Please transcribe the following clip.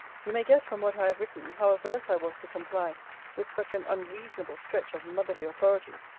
you may guess from what i have written, how averse i was to comply with such an unreasonable stretch of motherly authority.